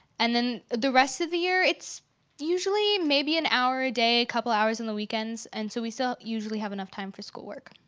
and then the rest of the year, it's usually maybe an hour a day, couple hours on and the weekends. and so we so usually have enough time for school work.